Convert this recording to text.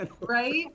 Right